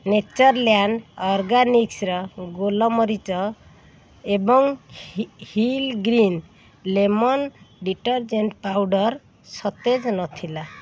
nature Land ଅର୍ଗାନିକ୍ସର ଗୋଲମରିଚ ଏବଂ Hill Green lemon detergent powder ସତେଜ ନଥିଲା